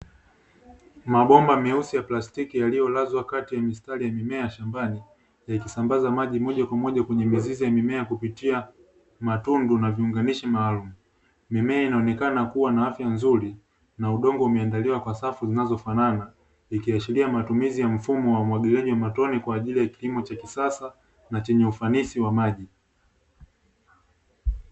Mabomba meusi ya plastiki yaliyolazwa kati ya mistari ya mimea ya shambani, yakisambaza maji moja kwa moja kwenye mizizi ya mimea ya kupitia matundu na viunganishi maalumu. Mimea inaonekana kuwa na afya nzuri, na udongo umeandaliwa kwa safu zinazofanana, ikiashiria matumizi ya mfumo wa umwagiliaji wa matone kwa ajili ya kilimo cha kisasa na chenye ufanisi wa maji.